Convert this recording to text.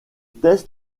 test